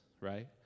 right